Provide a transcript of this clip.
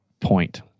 point